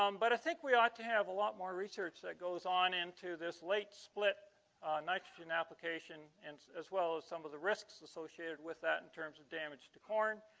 um but i think we ought to have a lot more research that goes on into this late split nitrogen application and as well as some of the risks associated with that in terms of damage to corn